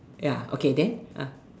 ya okay then ah